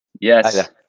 Yes